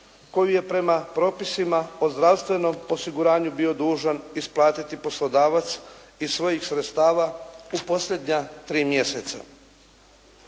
koju je prema propisima o zdravstvenom osiguranju bio dužan isplatiti poslodavac iz svojih sredstava u posljednja tri mjeseca